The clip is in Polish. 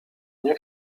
nie